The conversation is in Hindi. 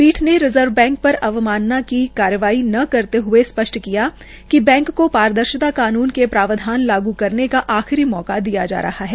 पीठ ने रिजर्व बैंक पर अवमानना की कार्रवाई न करते ह्ये स्पष्ट किया कि बैंक को पारदर्शिता कानून के प्रावधान लागू करने का आखिरी मौका दिया जा रहा है